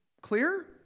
clear